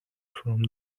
from